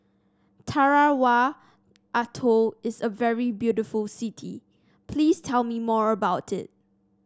Tarawa Atoll is a very beautiful city please tell me more about it